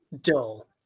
dull